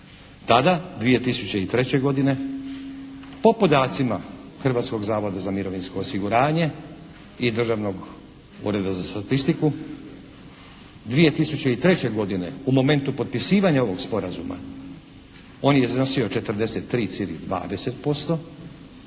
Tada 2003. godine po podacima Hrvatskog zavoda za mirovinsko osiguranje i Državnog ureda za statistiku 2003. godine u momentu potpisivanja ovog sporazuma on je iznosio 43,20%